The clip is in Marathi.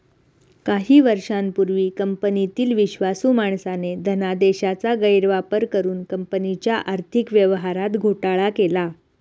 काही वर्षांपूर्वी कंपनीतील विश्वासू माणसाने धनादेशाचा गैरवापर करुन कंपनीच्या आर्थिक व्यवहारात घोटाळा केला